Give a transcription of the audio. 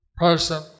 person